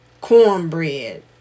cornbread